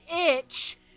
itch